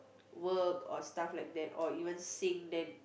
work or stuff like that or even sing then